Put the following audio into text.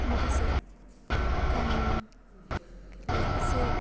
माखासे खामानि इसे